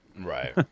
right